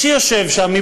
שיושב שם,